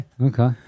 Okay